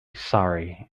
sorry